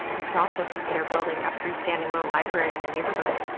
you could also consider building a freestanding little library in your neighborhood.